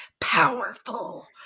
powerful